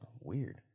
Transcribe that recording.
Weird